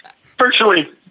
Virtually